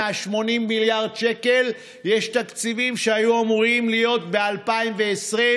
מ-80 מיליארד השקלים יש תקציבים שהיו אמורים להיות ב-2020,